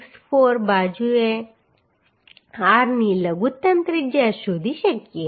464 r ની લઘુત્તમ ત્રિજ્યા શોધી શકીએ